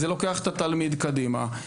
זה לוקח את התלמיד קדימה,